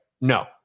No